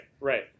Right